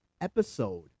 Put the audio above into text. episode